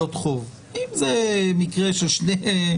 אז זה משנה.